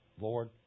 Lord